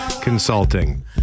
Consulting